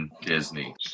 Disney